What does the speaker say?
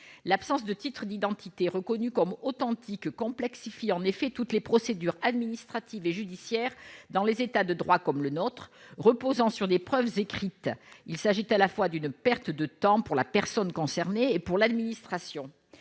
l'absence de titres d'identité reconnu comme authentique complexifie en effet toutes les procédures administratives et judiciaires dans les États de droit comme le nôtre, reposant sur des preuves écrites, il s'agit à la fois d'une perte de temps pour la personne concernée et pour l'administration,